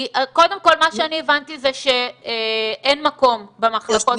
קודם כל מה שאני הבנתי זה שאין מקום במחלקות